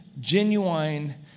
genuine